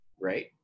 Right